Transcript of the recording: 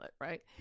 right